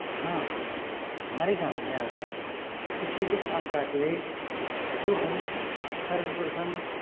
हाँ हमारे गाँव में अगर किसी को सांप काट ले तो हम सर्वप्रथम